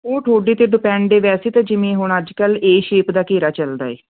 ਉਹ ਤੁਹਾਡੇ 'ਤੇ ਡਿਪੈਂਡ ਹੈ ਵੈਸੇ ਤਾਂ ਜਿਵੇਂ ਹੁਣ ਅੱਜ ਕੱਲ੍ਹ ਏ ਸ਼ੇਪ ਦਾ ਘੇਰਾ ਚੱਲਦਾ ਹੈ